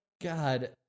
God